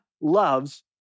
loves